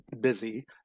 busy